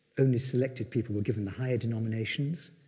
only selected people were given the high denominations,